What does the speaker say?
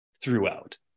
throughout